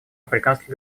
африканских